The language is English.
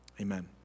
Amen